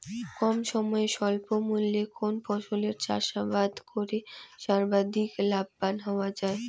কম সময়ে স্বল্প মূল্যে কোন ফসলের চাষাবাদ করে সর্বাধিক লাভবান হওয়া য়ায়?